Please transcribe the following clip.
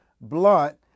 Blunt